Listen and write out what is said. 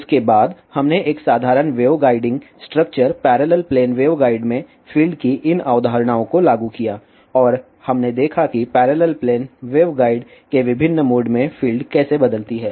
उसके बाद हमने एक साधारण wave guiding structure parallel plane waveguide में फील्ड की इन अवधारणाओं को लागू किया और हमने देखा कि पैरेलल प्लेन वेवगाइड के विभिन्न मोड में फील्ड कैसे बदलती हैं